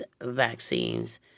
vaccines